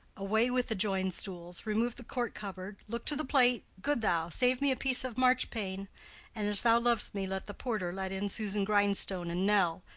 away with the join-stools, remove the court-cubbert, look to the plate. good thou, save me a piece of marchpane and, as thou loves me, let the porter let in susan grindstone and nell.